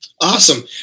Awesome